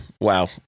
wow